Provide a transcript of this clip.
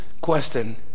question